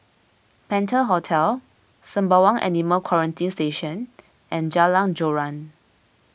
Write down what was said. Penta Hotel Sembawang Animal Quarantine Station and Jalan Joran